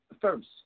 first